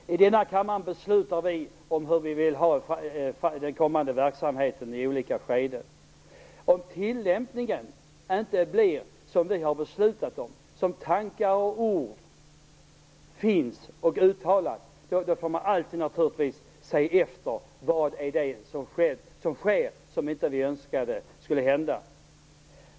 Herr talman! I denna kammare beslutar vi om kommande verksamhet i olika skeden. Om tillämpningen inte blir vad vi har beslutat om och som i tankar och ord uttalats, får vi naturligtvis undersöka vad det är som sker och som vi önskade inte skulle hända.